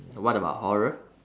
what about horror